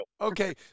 Okay